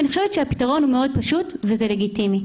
אני חושבת שהפתרון הוא מאוד פשוט וזה לגיטימי.